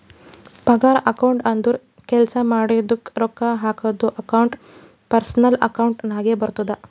ಪಗಾರ ಅಕೌಂಟ್ ಅಂದುರ್ ಕೆಲ್ಸಾ ಮಾಡಿದುಕ ರೊಕ್ಕಾ ಹಾಕದ್ದು ಅಕೌಂಟ್ ಪರ್ಸನಲ್ ಅಕೌಂಟ್ ನಾಗೆ ಬರ್ತುದ